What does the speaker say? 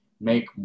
make